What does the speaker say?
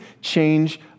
change